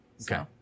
Okay